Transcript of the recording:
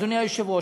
אדוני היושב-ראש.